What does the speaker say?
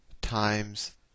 times